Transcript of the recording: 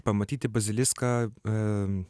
pamatyti basiliską